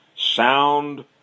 sound